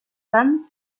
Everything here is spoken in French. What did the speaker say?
femme